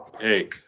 Hey